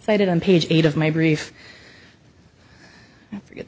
cited on page eight of my brief i forget